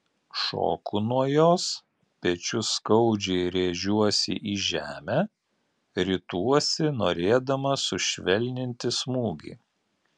šoku nuo jos pečiu skaudžiai rėžiuosi į žemę rituosi norėdamas sušvelninti smūgį